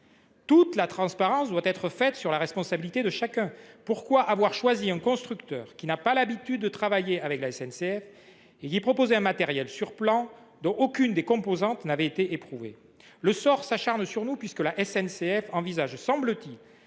Toute la transparence doit être réalisée sur la responsabilité de chacun. Pourquoi avoir choisi un constructeur qui n’a pas l’habitude de travailler avec la SNCF et qui proposait un matériel sur plan, dont aucune des composantes n’avait été éprouvée ? Le sort s’acharne sur nous, puisque la SNCF envisage, semble t il,